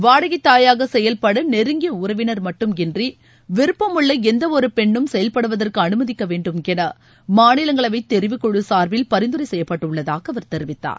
வாடகைத்தாயாக செயல்பட நெருங்கிய உறவினர் மட்டுமின்றி விருப்பமுள்ள எந்தவொரு பெண்ணும் செயல்படுவதற்கு அனுமதிக்க வேண்டுமென மாநிலங்களவை தெரிவுக்குழு சார்பில் பரிந்துரை செய்யப்பட்டுள்ளதாக அவர் தெரிவித்தார்